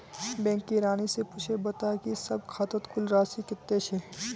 bank किरानी स पूछे बता जे सब खातौत कुल राशि कत्ते छ